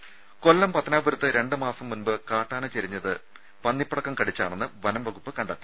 ദരദ കൊല്ലം പത്തനാപുരത്ത് രണ്ടുമാസം മുമ്പ് കാട്ടാന ചെരിഞ്ഞത് പന്നിപ്പടക്കം കടിച്ചാണെന്ന് വനംവകുപ്പ് കണ്ടെത്തി